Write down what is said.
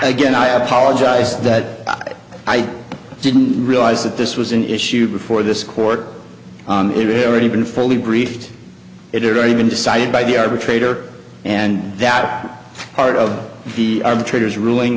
again i apologize that i didn't realize that this was an issue before this court on a rare already been fully briefed it already been decided by the arbitrator and that part of the arbitrator's ruling